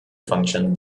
function